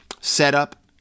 setup